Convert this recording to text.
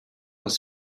was